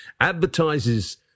advertises